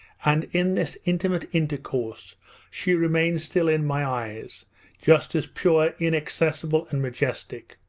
and in this intimate intercourse she remained still in my eyes just as pure, inaccessible, and majestic.